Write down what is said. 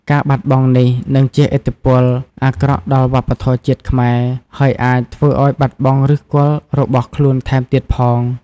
ការបាត់បង់នេះនឹងជះឥទ្ធិពលអាក្រក់ដល់វប្បធម៌ជាតិខ្មែរ ហើយអាចធ្វើឲ្យបាត់បង់ឫសគល់របស់ខ្លួនថែមទៀតផង។